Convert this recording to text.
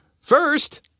First